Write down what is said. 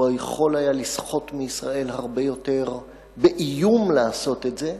הוא יכול היה לסחוט מישראל הרבה יותר באיום לעשות את זה,